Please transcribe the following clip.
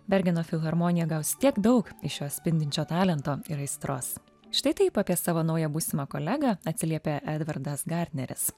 bergeno filharmonija gaus tiek daug iš jo spindinčio talento ir aistros štai taip apie savo naują būsimą kolegą atsiliepė edvardas garneris